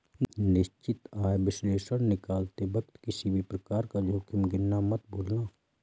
निश्चित आय विश्लेषण निकालते वक्त किसी भी प्रकार का जोखिम गिनना मत भूलना